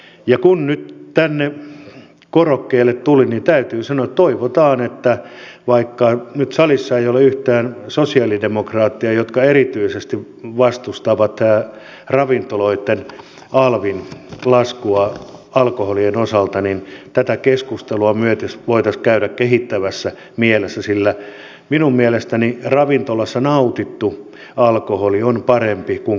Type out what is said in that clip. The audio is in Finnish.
ja kun nyt tänne korokkeelle tulin niin täytyy sanoa että toivotaan vaikka nyt salissa ei ole yhtään sosialidemokraattia jotka erityisesti vastustavat ravintoloitten alvin laskua alkoholien osalta että tätä keskustelua me voisimme käydä kehittävässä mielessä sillä minun mielestäni ravintolassa nautittu alkoholi on parempi kuin kotona ryypätty